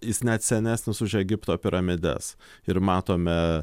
jis net senesnis už egipto piramides ir matome